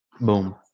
Boom